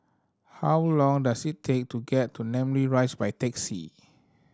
how long does it take to get to Namly Rise by taxi